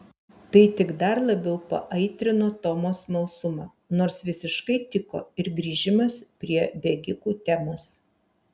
tai tik dar labiau paaitrino tomo smalsumą nors visiškai tiko ir grįžimas prie bėgikų temos